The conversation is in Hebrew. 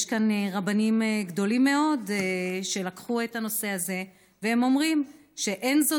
יש כאן רבנים גדולים מאוד שלקחו את הנושא הזה והם אומרים שאין זו